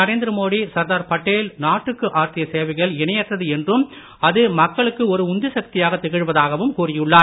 நரேந்திரமோடி சர்தார் படேல் நாட்டுக்கு ஆற்றிய சேவைகள் இணையற்றது என்றும் அது மக்களுக்கு ஒரு உந்துசக்தியாகத் திகழ்வதாகவும் கூறியுள்ளார்